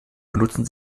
benutzen